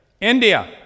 India